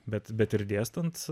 bet bet ir dėstant